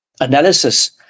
analysis